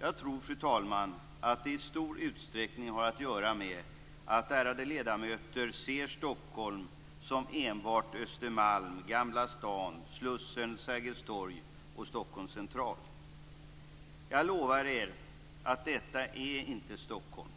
Jag tror, fru talman, att det i stor utsträckning har att göra med att de ärade ledamöterna ser Stockholm som enbart Östermalm, Jag lovar er att detta inte är Stockholm.